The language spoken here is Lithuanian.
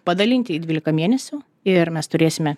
padalinti į dvylika mėnesių ir mes turėsime